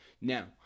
Now